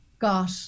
got